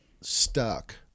stuck